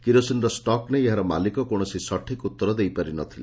କିରୋସିନ୍ର ଷକ୍ ନେଇ ଏହାର ମାଲିକ କୌଣସି ସଠିକ୍ ଉତ୍ତର ଦେଇପାରି ନଥିଲା